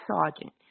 sergeant